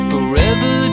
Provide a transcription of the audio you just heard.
Forever